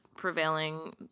prevailing